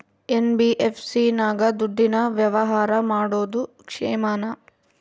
NBFC ನಾಗ ದುಡ್ಡಿನ ವ್ಯವಹಾರ ಮಾಡೋದು ಕ್ಷೇಮಾನ?